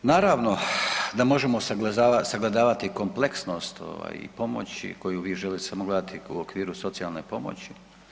Naravno da možemo sagledavati kompleksnost ovaj i pomoći koju vi želite samo gledati u okviru socijalne pomoći.